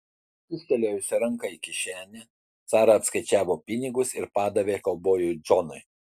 kyštelėjusi ranką į kišenę sara atskaičiavo pinigus ir padavė kaubojui džonui